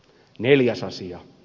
neljäs asia